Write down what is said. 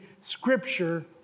scripture